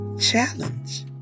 challenge